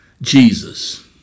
Jesus